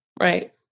Right